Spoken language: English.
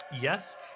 Yes